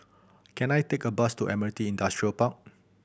can I take a bus to Admiralty Industrial Park